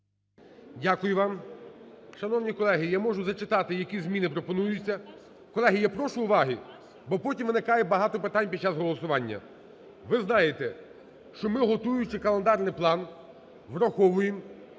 Дякую вам. Шановні колеги, я можу зачитати, які зміни пропонуються. Колеги, я прошу уваги! Бо потім виникає багато питань під час голосування. Ви знаєте, що ми, готуючи календарний план, враховуємо